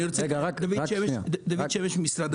אני רוצה, דוד שמש ממשרד הבריאות.